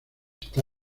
está